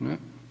Ne.